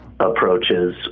approaches